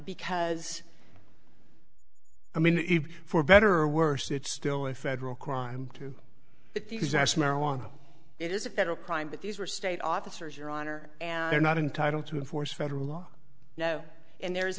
because i mean for better or worse it's still a federal crime to use as marijuana it is a federal crime but these were state officers your honor and they're not entitled to enforce federal law and there